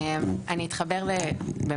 אני אתחבר באמת,